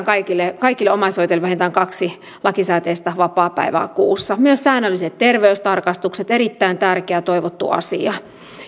kaikille omaishoitajille tulee vähintään kaksi lakisääteistä vapaapäivää kuussa myös säännölliset terveystarkastukset ovat erittäin tärkeä ja toivottu asia